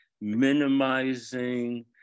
minimizing